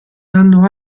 hanno